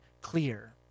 clear